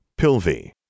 Pilvi